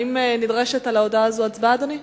האם נדרשת הצבעה על ההודעה הזאת, אדוני?